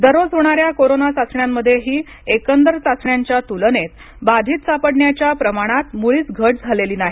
दररोज होणाऱ्या कोरोना चाचण्यांमध्ये एकंदर चाचण्यांच्या तुलनेत बाधित सापडण्याच्या प्रमाणात मुळीच घट झालेली नाही